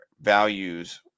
values